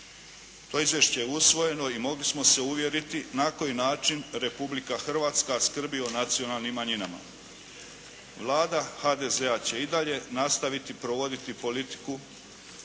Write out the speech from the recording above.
To izvješće je usvojeno i mogli smo se uvjeriti na koji način Republika Hrvatska skrbi o nacionalnim manjinama. Vlada HDZ-a će i dalje nastaviti provoditi politiku